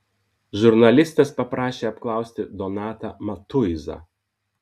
žurnalistas paprašė apklausti donatą matuizą